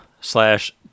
slash